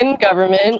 government